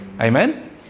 Amen